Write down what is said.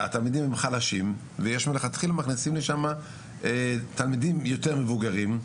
התלמידים הם חלשים ויש מלכתחילה מכניסים לשמה תלמידים יותר מבוגרים,